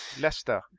Leicester